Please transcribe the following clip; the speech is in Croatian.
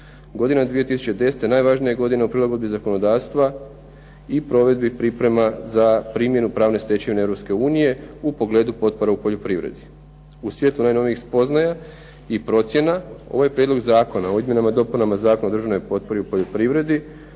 Godina 2010. najvažnija je godina u prilagodbi zakonodavstva i provedbi priprema za primjenu pravne stečevine Europske unije u pogledu potpora u poljoprivredi. U svjetlo najnovijih spoznaja i procjena ovaj Prijedlog zakona o izmjenama i dopunama Zakona o državnoj potpori u poljoprivredi